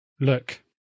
look